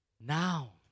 Now